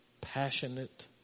passionate